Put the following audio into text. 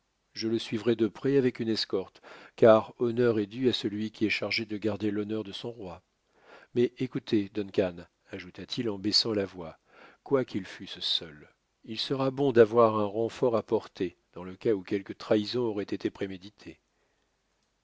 je le suivrai de près avec une escorte car honneur est dû à celui qui est chargé de garder l'honneur de son roi mais écoutez duncan ajouta-t-il en baissant la voix quoiqu'ils fussent seuls il sera bon d'avoir un renfort à portée dans le cas où quelque trahison aurait été préméditée